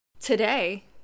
today